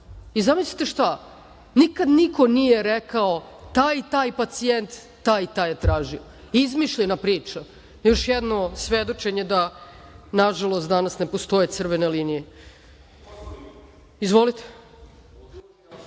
I zamislite šta? Nikad niko nije rekao – taj i taj pacijent, taj i taj je tražio. Izmišljena priča. Još jedno svedočenje da, nažalost, danas ne postoje crvene linije. Izvolite.(Srđan